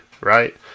right